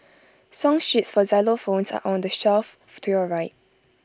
song sheets for xylophones are on the shelf to your right